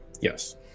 Yes